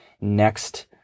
next